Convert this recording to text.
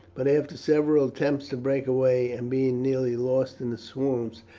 but after several attempts to break away, and being nearly lost in the swamps,